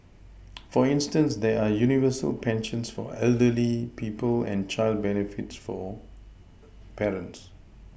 for instance there are universal pensions for elderly people and child benefits for parents